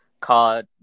called